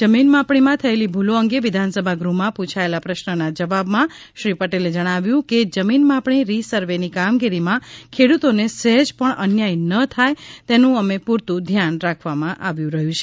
જમીન માપણીમાં થયેલી ભૂલો અંગે વિધાનસભા ગૃહમાં પૂછાયેલા પ્રશ્નના જવાબમાં શ્રી પટેલે જણાવ્યું કે જમીન માપણી રી સર્વેની કામગીરીમાં ખેડૂતોને સહેજ પણ અન્યાય ન થાય તેનું અમે પુરતુ ધ્યાન રાખવામા આવી રહ્યું છે